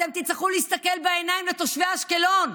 אתם תצטרכו להסתכל בעיניים לתושבי אשקלון.